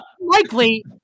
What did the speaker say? Likely